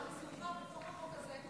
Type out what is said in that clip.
על ניסיונך בתוך החוק הזה.